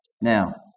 Now